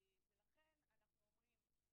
לכן אנחנו אומרים: